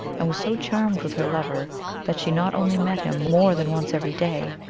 and was so charmed with her lover that she not only met him more than once every day,